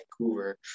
Vancouver